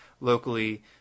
locally